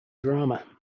drama